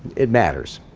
it matters